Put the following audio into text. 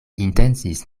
intencis